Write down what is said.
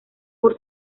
por